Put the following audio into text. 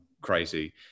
crazy